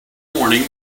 morning